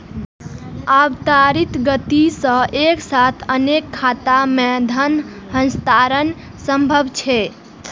आब त्वरित गति सं एक साथ अनेक खाता मे धन हस्तांतरण संभव छै